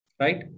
Right